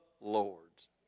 lords